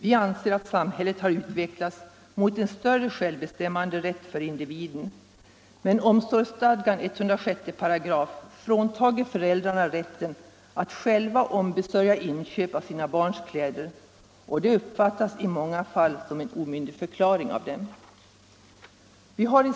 Vi anser att samhället har utvecklats mot en större självbestämmanderätt for individen, men omsorgsstadgans 106 § fråntar föräldrarna rätten att själva ombesörja inköp av sina barns kläder, och det uppfattas i många fall som en omyndigförklaring av dem.